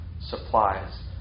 supplies